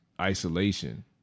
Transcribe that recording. isolation